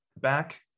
back